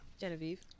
Genevieve